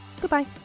goodbye